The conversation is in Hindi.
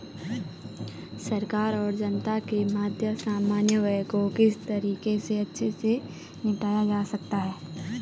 सरकार और जनता के मध्य समन्वय को किस तरीके से अच्छे से निपटाया जा सकता है?